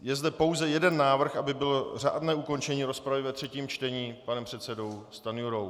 Je zde pouze jeden návrh, aby bylo řádné ukončení rozpravy ve třetím čtení, panem předsedou Stanjurou.